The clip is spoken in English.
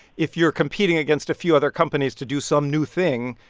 if you're competing against a few other companies to do some new thing,